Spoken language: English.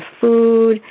food